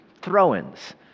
Throw-ins